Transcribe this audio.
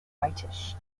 whitish